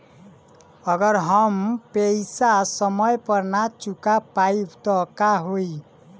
अगर हम पेईसा समय पर ना चुका पाईब त का होई?